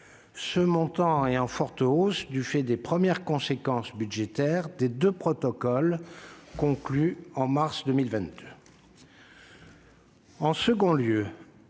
Ce montant est en forte hausse du fait des premières conséquences budgétaires des deux protocoles conclus en mars 2022.